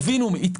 שינינו תקנות.